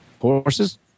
Horses